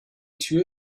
tür